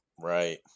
right